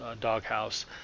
doghouse